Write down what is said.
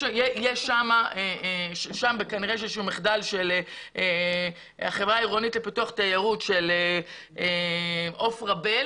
שם כנראה יש איזשהו מחדל של החברה העירונית לפיתוח תיירות של עופרה בל